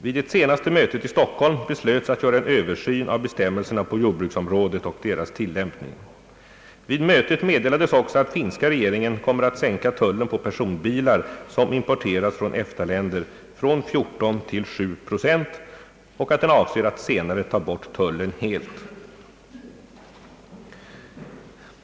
Vid det senaste mötet i Stockholm beslöts att göra en översyn av bestämmelserna på jordbruksområdet och deras tillämpning. Vid mötet meddelades också att finska regeringen kommer att sänka tullen på personbilar som importeras från EFTA länder från 14 till 7 procent och att den avser att senare ta bort tullen helt.